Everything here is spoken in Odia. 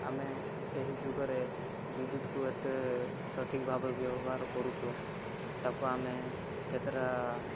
ଆମେ ଏହି ଯୁଗରେ ବିଦ୍ୟୁତ୍କୁ ଏତେ ସଠିକ୍ ଭାବରେ ବ୍ୟବହାର କରୁଛୁ ତାକୁ ଆମେ କେତେଟା